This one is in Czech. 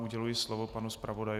Uděluji slovo panu zpravodajovi.